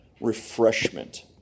refreshment